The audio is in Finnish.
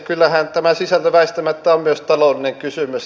kyllähän tämä sisältö väistämättä on myös taloudellinen kysymys